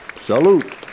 Salute